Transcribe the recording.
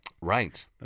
Right